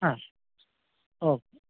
ಹಾಂ ಓ